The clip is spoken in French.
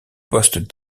poste